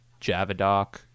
javadoc